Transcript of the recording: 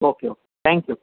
okay okay thank you